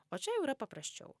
o čia jau yra paprasčiau